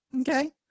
okay